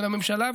של הממשלה,